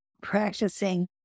practicing